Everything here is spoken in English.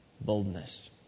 boldness